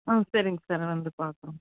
ஆ சரிங்க சார் நான் வந்து பார்க்குறோம்